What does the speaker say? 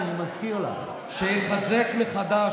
שישתה מים,